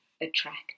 attract